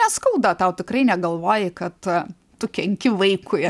neskauda tau tikrai negalvoji kad tu kenki vaikui